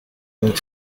ont